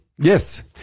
Yes